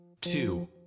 two